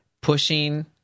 pushing